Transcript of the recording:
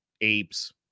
apes